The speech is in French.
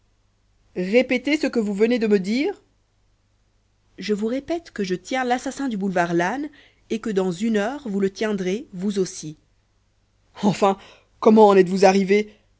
répétez-moi ce que vous venez de me dire je vous répète que je tiens l'assassin du boulevard lannes et que dans une heure vous le tiendrez vous aussi enfin comment en êtes-vous arrivé